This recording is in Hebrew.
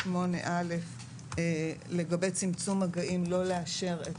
בתקנה 8א לגבי צמצום מגעים לא לאשר את